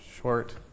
short